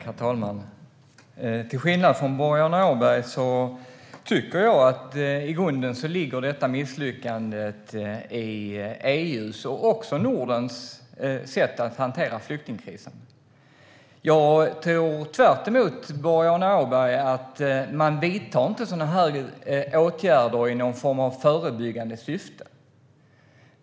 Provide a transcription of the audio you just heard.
Herr talman! Till skillnad från Boriana Åberg tycker jag att i grunden ligger misslyckandet i EU:s och Nordens sätt att hantera flyktingkrisen. Jag tror i motsats till Boriana Åberg att man inte vidtar sådana åtgärder i någon form av förebyggande syfte.